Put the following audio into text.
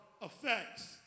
effects